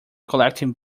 collecting